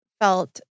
felt